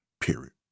period